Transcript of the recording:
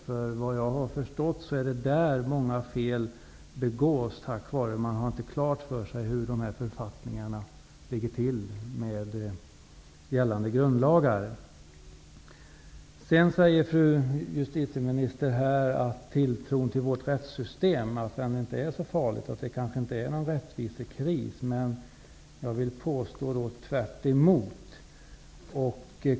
Såvitt jag har förstått är det vid domstolarna som många fel begås på grund av att man inte har klart för sig hur dessa författningar förhåller sig till gällande grundlagar. Sedan säger fru justitieministern att det inte är så farligt med tilltron till vårt rättssystem och att det kanske inte är en rättvisekris. Jag vill påstå att det är tvärtom.